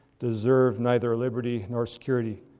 deserve neither liberty nor security.